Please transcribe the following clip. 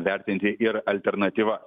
vertinti ir alternatyva